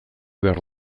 behar